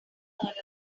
heard